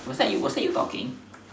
was that you was that you talking